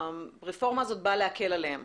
הרפורמה הזאת באה להקל עליהם,